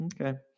Okay